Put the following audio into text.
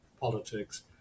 politics